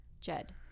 Jed